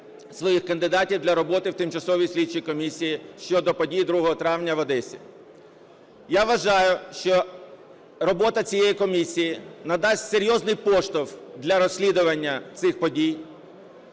своїх кандидатів для роботи в Тимчасовій слідчій комісії щодо подій 2 травня в Одесі. Я вважаю що робота цієї комісії надасть серйозний поштовх для розслідування цих подій,